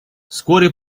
вскоре